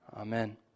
Amen